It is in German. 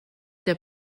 der